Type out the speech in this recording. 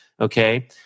okay